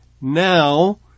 Now